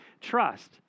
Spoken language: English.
trust